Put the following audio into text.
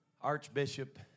archbishop